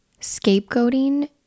Scapegoating